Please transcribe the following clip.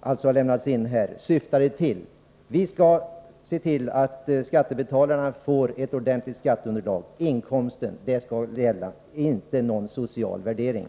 har förluster isamband väckts. Vi skall se till att skattebetalarna får betala skatt efter ett ordentligt med Vänerskogs skatteunderlag. Det är inkomsten som skall gälla — inte någon social konkurs